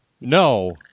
No